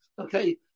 okay